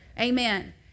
Amen